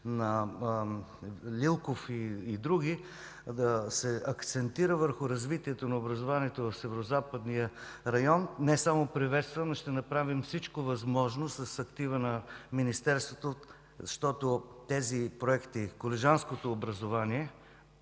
Великов, да се акцентира върху развитието на образованието в Северозападния район не само приветствам, а ще направим всичко възможно с актива на Министерството, щото тези проекти – колежанското образование